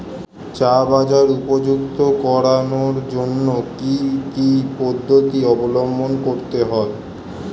চা বাজার উপযুক্ত করানোর জন্য কি কি পদ্ধতি অবলম্বন করতে হয়?